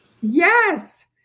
Yes